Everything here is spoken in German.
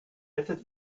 hättet